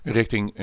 richting